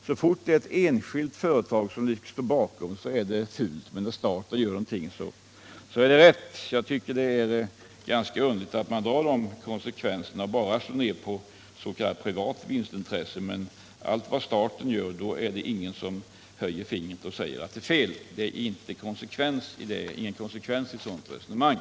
Så fort ett enskilt företag står bakom en verksamhet tycks det vara fult, men när staten gör samma sak är det rätt. Jag tycker det är ganska underligt att man drar den här slutsatsen bara om det gäller ett s.k. privat vinstintresse men att ingen höjer ett finger och säger fy när staten gör det samma. Det finns ingen konsekvens i ett sådant resonemang.